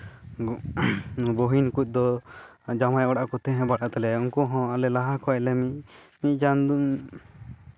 ᱵᱩᱦᱤᱱ ᱠᱚᱫᱚ ᱡᱟᱶᱟᱭ ᱚᱲᱟᱜ ᱨᱮᱠᱚ ᱛᱟᱦᱮᱸ ᱵᱟᱲᱟᱜ ᱛᱟᱞᱮᱭᱟ ᱩᱱᱠᱩ ᱦᱚᱸ ᱞᱟᱦᱟ ᱠᱷᱚᱡ ᱞᱮ ᱢᱤᱫ ᱪᱟᱸᱫᱳ